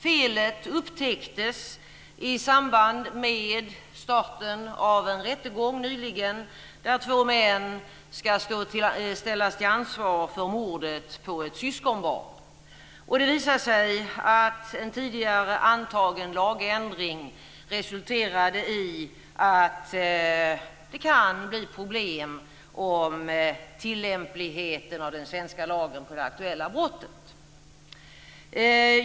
Felet upptäcktes i samband med starten av en rättegång nyligen där två män ska ställas till ansvar för mordet på ett syskonbarn. Det visade sig att en tidigare antagen lagändring resulterade i att det kan bli problem med tillämpligheten av den svenska lagen på det aktuella brottet.